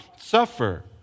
suffer